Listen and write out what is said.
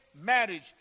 marriage